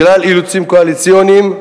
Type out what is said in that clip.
בגלל אילוצים קואליציוניים,